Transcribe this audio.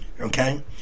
Okay